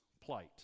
plight